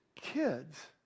Kids